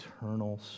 eternal